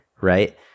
right